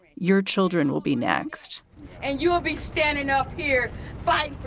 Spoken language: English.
your children will be next and you'll be standing up here fine.